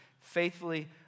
faithfully